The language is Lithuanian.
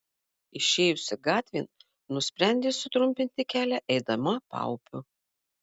išėjusi gatvėn nusprendė sutrumpinti kelią eidama paupiu